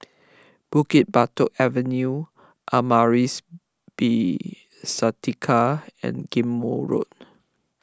Bukit Batok Avenue Amaris B Santika and Ghim Moh Road